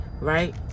right